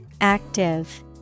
Active